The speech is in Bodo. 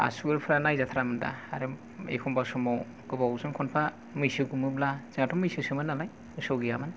आसुगुरफोरा नायजाथारामोन दा आरो एखनबा समाव गोबावजों खनफा मैसो गुमोब्ला जोंहाथ' मैसोमोन नालाय मोसौ गैयामोन